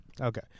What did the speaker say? Okay